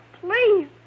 please